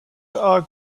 are